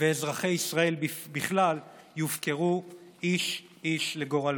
ואזרחי ישראל בכלל יופקרו איש-איש לגורלו.